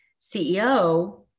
CEO